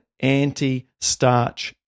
anti-starch